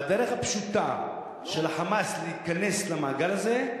והדרך הפשוטה של ה"חמאס" להיכנס למעגל הזה,